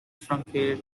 truncated